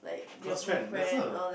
close friend that's all